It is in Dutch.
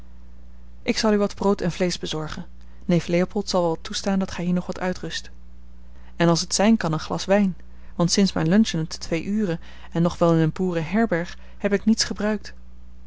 ik zal u wat brood en vleesch bezorgen neef leopold zal wel toestaan dat gij hier nog wat uitrust en als het zijn kan een glas wijn want sinds mijn luncheon te twee uren en nog wel in een boerenherberg heb ik niets gebruikt